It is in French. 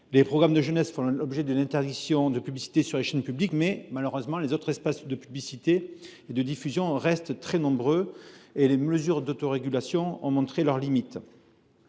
Les programmes de jeunesse font l’objet de l’interdiction de publicité sur les chaînes publiques, mais les autres espaces de publicité et de diffusion restent malheureusement très nombreux, et les mesures d’autorégulation ont montré leurs limites.